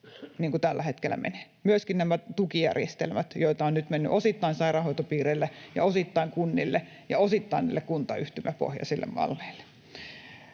niin kuin tällä hetkellä menee — kuten myöskin nämä tukijärjestelmät, joita on nyt mennyt osittain sairaanhoitopiireille ja osittain kunnille ja osittain niille kuntayhtymäpohjaisille malleille.